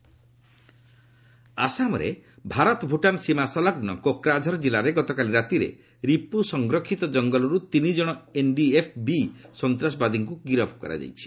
ଆସାମ କୋକ୍ରାଝର ଆସାମରେ ଭାରତ ଭୁଟାନ ସୀମା ସଂଲଗ୍ନ କୋକ୍ରାଝର ଜିଲ୍ଲାରେ ଗତକାଲି ରାତିରେ ରିପୁ ସଂରକ୍ଷିତ କଙ୍ଗଲରୁ ତିନିଜଣ ଏନ୍ଡିଏଫ୍ବି ସନ୍ତାସବାଦୀଙ୍କୁ ଗିରଫ କରାଯାଇଛି